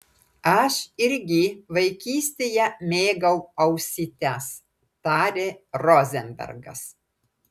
aš irgi vaikystėje mėgau ausytes tarė rozenbergas